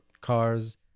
cars